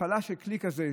הפעלה של כלי כזה,